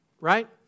Right